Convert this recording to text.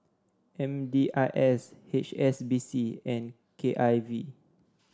M D I S H S B C and K I V